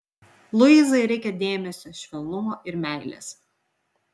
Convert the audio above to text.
luizai reikia dėmesio švelnumo ir meilės